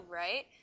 right